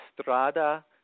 Strada